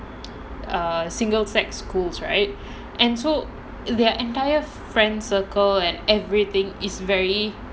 a single sex schools right and so their entire friends circle and everything is very